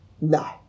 No